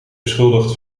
beschuldigd